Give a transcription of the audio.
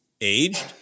aged